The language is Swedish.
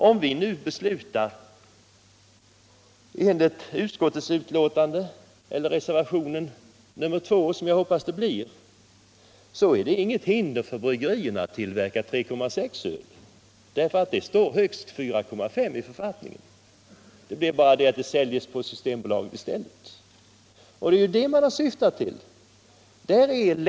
Om vi nu beslutar enligt utskottets förslag eller enligt reservationen 2, som jag hoppas det blir, så är det inget hinder för bryggerierna att tillverka 3,6-öl, för det står högst 4,5 i författningen. Det blir bara så att det säljs på Systembolaget i stället. Det är detta vi har syftat till.